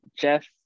Jeff